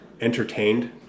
entertained